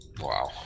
Wow